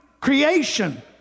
creation